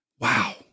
Wow